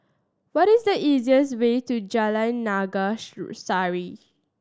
what is the easiest way to Jalan Naga Sari